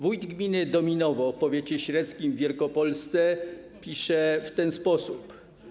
Wójt gminy Dominowo w powiecie średzkim w Wielkopolsce pisze w ten sposób: